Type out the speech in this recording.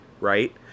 right